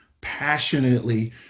passionately